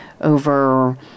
over